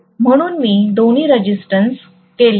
म्हणून मी दोन्ही रेजिस्टन्स केले आहेत